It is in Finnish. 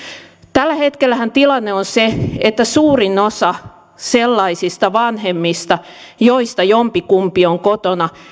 tällä hetkellähän tilanne on se että suurin osa sellaisista vanhemmista joista jompikumpi on kotona